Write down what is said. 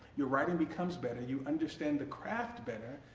your writing becomes better you understand the craft better,